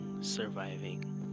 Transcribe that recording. surviving